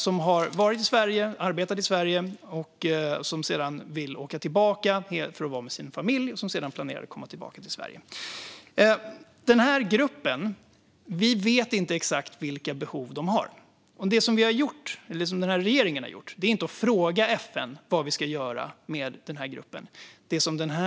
Hon har varit i Sverige och arbetat här, men hon ville sedan åka tillbaka för att vara med sin familj. Hon planerade att komma tillbaka till Sverige senare. Vi vet inte exakt vilka behov denna grupp har. Vad regeringen har gjort är inte att fråga FN vad vi ska göra med gruppen.